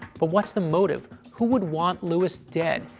but what's the motive? who would want lewis dead?